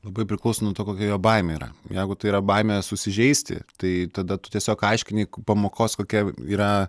labai priklauso nuo to kokia jo baimė yra jeigu tai yra baimė susižeisti tai tada tu tiesiog aiškini pamokos kokia yra